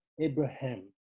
Abraham